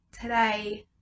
Today